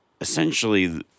essentially